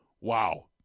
Wow